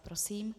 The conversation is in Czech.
Prosím.